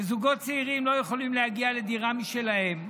שזוגות צעירים לא יכולים להגיע לדירה משלהם,